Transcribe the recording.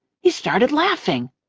he started laughing.